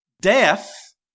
death